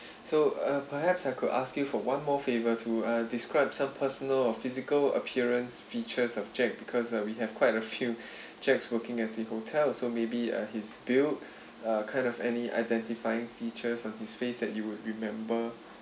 so uh perhaps I could ask you for one more favour to uh describe some personal or physical appearance features object because we have quite a few jacks working at the hotel also maybe uh his build uh kind of any identifying features on his face that you would remember